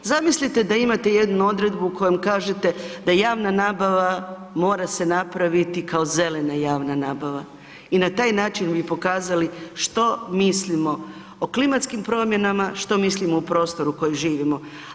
Zamislite da imate jednu odredbu kojom kažete da javna nabava mora se napraviti kao zelena javna nabava i na taj način bi pokazali što mislimo o klimatskim promjenama, što mislimo o prostoru u kojem živimo.